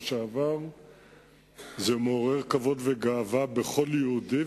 זה מעורר כבוד וגאווה בכל יהודי,